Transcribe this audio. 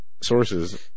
Sources